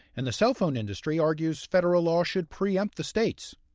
and the cell phone industry argues federal law should preempt the states.